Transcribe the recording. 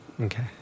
Okay